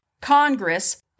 Congress